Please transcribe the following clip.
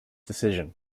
decision